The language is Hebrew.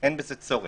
אין בזה צורך.